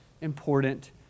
important